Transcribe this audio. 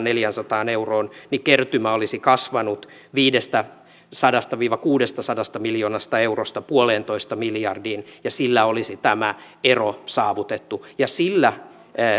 neljäänsataan euroon niin kertymä olisi kasvanut viidestäsadasta viiva kuudestasadasta miljoonasta eurosta puoleentoista miljardiin euroon ja sillä olisi tämä ero saavutettu ja sillä